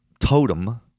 Totem